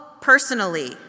personally